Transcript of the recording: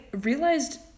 realized